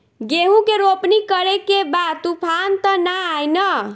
गेहूं के रोपनी करे के बा तूफान त ना आई न?